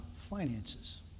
finances